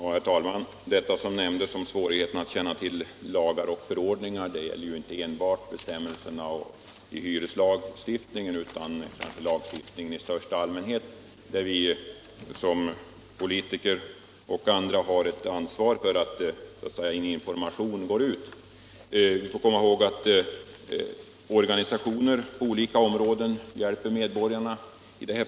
Herr talman! Det som nämndes om svårigheterna att känna till lagar och förordningar gäller inte enbart bestämmelserna i hyreslagstiftningen utan lagstiftningen i största allmänhet, där vi såsom politiker och andra har ett ansvar för att information går ut. Vi får emellertid komma ihåg att organisationer på olika områden i detta fall hjälper medborgarna.